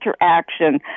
interaction